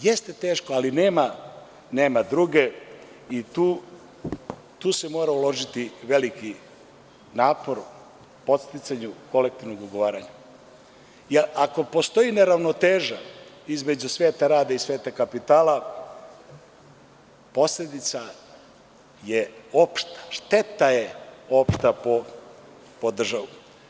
Jeste teško ali nema druge i tu se mora uložiti veliki napor u podsticanju kolektivnog ugovaranja, jer ako postoji neravnoteža između sveta rada i sveta kapitala posledica je opšta, šteta je opšta po državu.